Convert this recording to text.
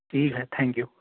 ठीक है thank you